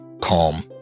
calm